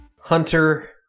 Hunter